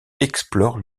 explorent